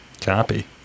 Copy